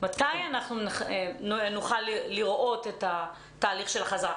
מתי נוכל לראות את תהליך החזרה?